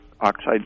oxide